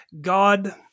God